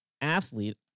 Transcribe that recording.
athlete